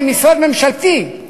כמשרד ממשלתי,